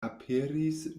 aperis